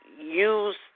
use